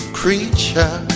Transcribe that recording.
creature